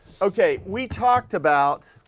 okay, we talked about